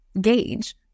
gauge